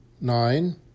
Nine